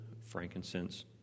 frankincense